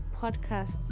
podcast's